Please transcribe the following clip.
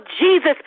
Jesus